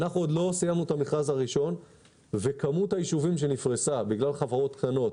עוד לא סיימנו את המכרז הראשון וכמות היישובים שנפרסה בגלל חברות קטנות